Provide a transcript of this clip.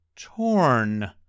torn